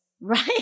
right